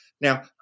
Now